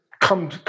come